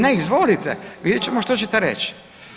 Ne, izvolite, vidjet ćemo što ćete reći.